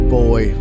boy